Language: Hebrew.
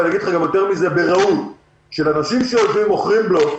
ואגיד לך גם יותר מזה: ברשעות של אנשים שמוכרים בלוף.